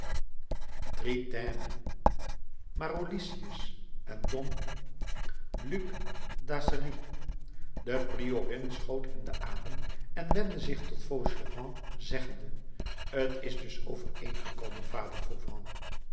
marolicus en dom luc d'achery de priorin schoot in den adem en wendde zich tot fauchelevent zeggende t is dus overeengekomen vader fauvent